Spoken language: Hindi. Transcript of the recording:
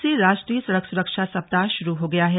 आज से राष्ट्रीय सड़क सुरक्षा सप्ताह शुरू हो गया है